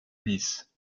nice